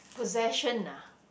possession ah